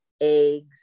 eggs